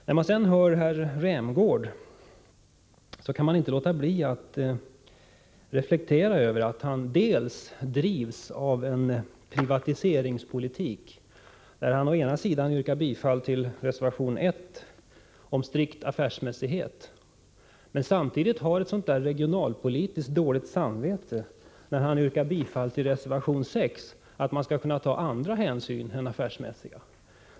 När man sedan hör herr Rämgård kan man inte låta bli att reflektera över att han dels drivs av en privatiseringsiver och yrkar bifall till reservation 1 om strikt affärsmässighet, dels har ett regionalpolitiskt dåligt samvete och yrkar bifall till reservation 6, som gäller att man skall ta andra hänsyn än affärsmässiga.